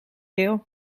wil